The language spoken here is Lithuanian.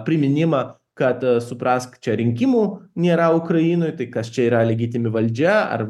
priminimą kad suprask čia rinkimų nėra ukrainoj tai kas čia yra legitimi valdžia ar